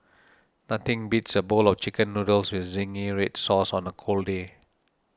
nothing beats a bowl of Chicken Noodles with Zingy Red Sauce on a cold day